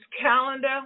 calendar